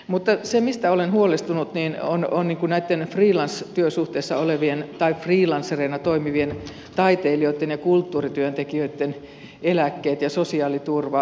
mutta se mistä olen huolestunut on näitten freelance työsuhteessa olevien tai freelancereina toimivien taitelijoitten ja kulttuurityöntekijöitten eläkkeet ja sosiaaliturva